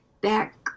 back